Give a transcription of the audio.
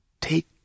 Take